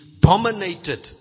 dominated